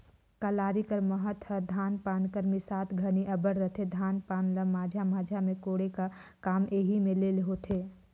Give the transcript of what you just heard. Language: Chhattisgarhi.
कलारी कर महत हर धान पान कर मिसात घनी अब्बड़ रहथे, धान पान ल माझा माझा मे कोड़े का काम एही मे ले होथे